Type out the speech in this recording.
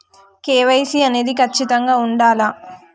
KYC అనేది ఖచ్చితంగా ఉండాలా?